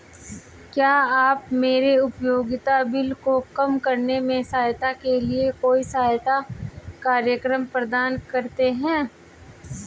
क्या आप मेरे उपयोगिता बिल को कम करने में सहायता के लिए कोई सहायता कार्यक्रम प्रदान करते हैं?